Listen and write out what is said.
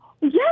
Yes